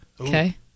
Okay